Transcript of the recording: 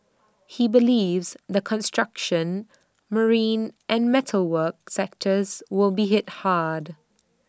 he believes the construction marine and metal work sectors will be hit hard